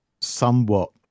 somewhat